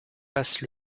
passe